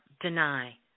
deny